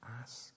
ask